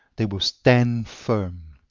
they will stand firm.